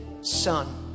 son